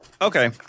Okay